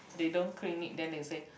they don't clean it then they say